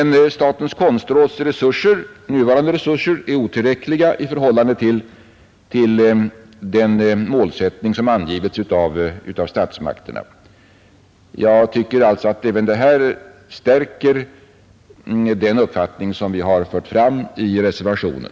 Statens konstråds nuvarande resurser är emellertid otillräckliga i förhållande till den målsättning som angivits av statsmakterna. Jag tycker att även detta stärker den uppfattning som vi har fört fram i reservationen.